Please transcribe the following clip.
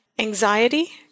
anxiety